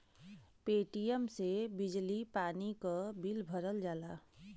Paytm से बिजली पानी क बिल भरल जाला